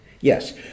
Yes